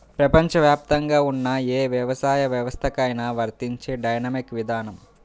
ప్రపంచవ్యాప్తంగా ఉన్న ఏ వ్యవసాయ వ్యవస్థకైనా వర్తించే డైనమిక్ విధానం